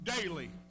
daily